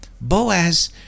Boaz